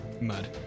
mud